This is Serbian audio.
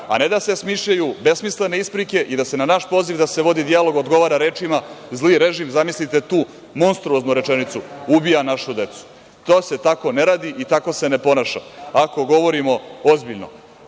a ne da se izmišljaju besmislene isprike i da se na naš poziv da se vodi dijalog odgovara rečima – zli režim. Zamislite tu monstruoznu rečenicu, ubija našu decu. To se tako ne radi i tako se ne ponaša ako govorimo ozbiljno. Na